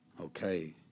Okay